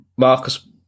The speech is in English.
Marcus